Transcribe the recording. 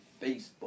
Facebook